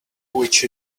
which